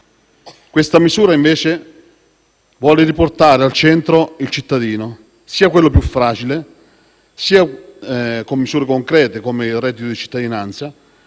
Questa misura invece vuole riportare al centro il cittadino, sia quello più fragile (con misure concrete come il reddito di cittadinanza),